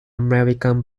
american